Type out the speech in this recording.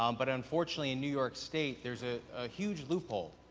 um but, unfortunately in new york state there is a huge loophole.